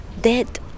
dead